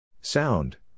Sound